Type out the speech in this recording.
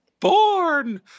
born